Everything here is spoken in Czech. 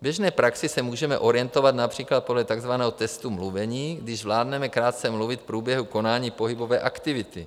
V běžné praxi se můžeme orientovat například podle takzvaného testu mluvení, když zvládneme krátce mluvit v průběhu konání pohybové aktivity.